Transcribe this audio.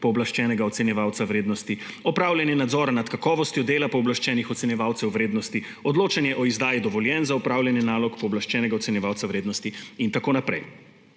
pooblaščenega ocenjevalca vrednosti, opravljanje nadzora nad kakovostjo dela pooblaščenih ocenjevalcev vrednosti, odločanje o izdaji dovoljenj za opravljanje nalog pooblaščenega ocenjevalca vrednosti in tako naprej.